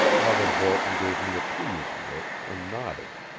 mother borton gave me a pleased look and nodded.